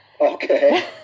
Okay